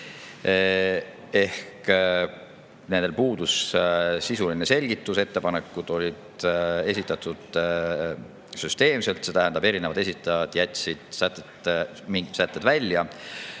Nendel puudus sisuline selgitus. Ettepanekud olid esitatud süsteemselt, see tähendab, et erinevad esitajad jätsid mingid sätted välja